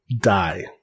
die